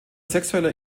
sexueller